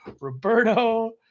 Roberto